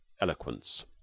eloquence